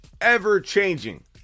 Ever-changing